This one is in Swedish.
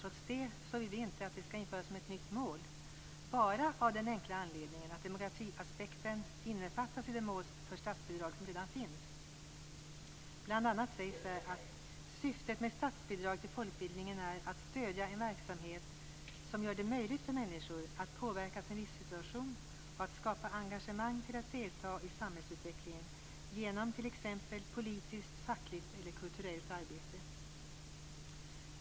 Trots det vill vi inte att det skall införas som ett nytt mål vad gäller bidragen - bara av den enkla anledningen att demokratiaspekten innefattas i de mål för statsbidrag som redan finns. Bl.a. sägs där: "Syftet med statsbidrag till folkbildningen är att stödja en verksamhet som gör det möjligt för människor att påverka sin livssituation och att skapa engagemang till att delta i samhällsutvecklingen genom t.ex. politiskt, fackligt eller kulturellt arbete."